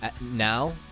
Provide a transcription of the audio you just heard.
now